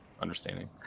understanding